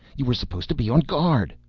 you were supposed to be on guard.